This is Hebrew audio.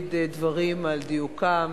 להעמיד דברים על דיוקם